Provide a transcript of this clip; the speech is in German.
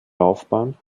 laufbahn